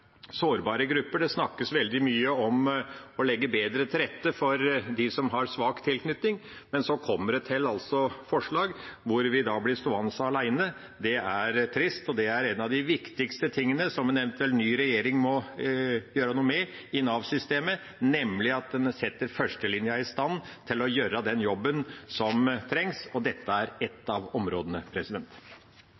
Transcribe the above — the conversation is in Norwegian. sårbare grupper, det snakkes veldig mye om å legge bedre til rette for dem som har svak tilknytning, men så kommer det altså til forslag hvor vi blir stående alene. Det er trist, og det er en av de viktigste tingene en eventuell ny regjering må gjøre noe med i Nav-systemet, nemlig at en setter førstelinja i stand til å gjøre den jobben som trengs. Dette er